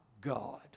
God